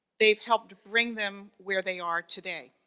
they've helped to bring them where they are today.